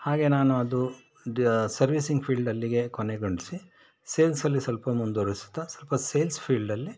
ಹಾಗೇ ನಾನು ಅದು ಡ್ ಸರ್ವೀಸಿಂಗ್ ಫೀಲ್ಡ್ ಅಲ್ಲಿಗೆ ಕೊನೆಗೊಳ್ಸಿ ಸೇಲ್ಸಲ್ಲಿ ಸ್ವಲ್ಪ ಮುಂದುವರೆಸುತ್ತ ಸ್ವಲ್ಪ ಸೇಲ್ಸ್ ಫೀಲ್ಡಲ್ಲಿ